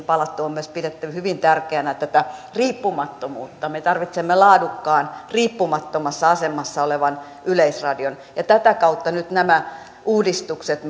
palattu on myös pidetty hyvin tärkeänä tätä riippumattomuutta me tarvitsemme laadukkaan riippumattomassa asemassa olevan yleisradion tätä kautta nyt nämä uudistukset